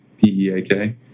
P-E-A-K